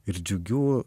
ir džiugių